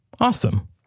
Awesome